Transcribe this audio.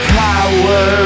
power